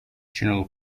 gen